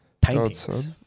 Paintings